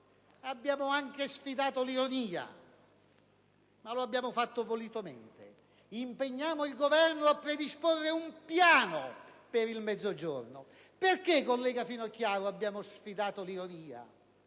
abbiamo anche sfidato l'ironia. L'abbiamo fatto volutamente, impegnando il Governo a predisporre un piano per il Mezzogiorno. Collega Finocchiaro, perché abbiamo sfidato l'ironia?